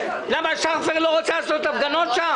למה, שאול כבר לא רוצה לעשות הפגנות שם?